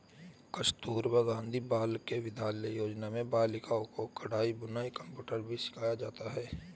कस्तूरबा गाँधी बालिका विद्यालय योजना में बालिकाओं को कढ़ाई बुनाई कंप्यूटर भी सिखाया जाता है